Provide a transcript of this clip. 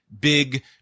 big